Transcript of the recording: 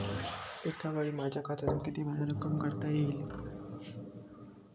एकावेळी माझ्या खात्यातून कितीवेळा रक्कम काढता येईल?